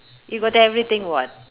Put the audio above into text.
you got everything what